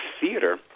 Theater